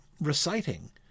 reciting